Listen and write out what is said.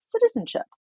citizenship